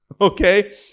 Okay